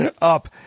up